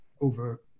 over